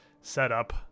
setup